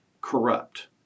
corrupt